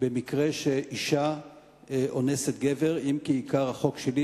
במקרה שאשה אונסת גבר, אם כי עיקר החוק שלי,